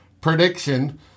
prediction